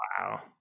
Wow